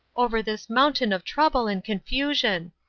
over this mountain of trouble and confusion.